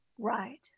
Right